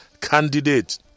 candidate